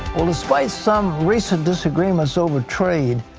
despite some recent disagreements over trade,